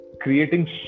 ...creating